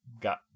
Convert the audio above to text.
Got